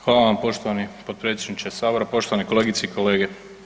Hvala vam poštovani, potpredsjedniče Sabora, poštovane kolegice i kolege.